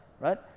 right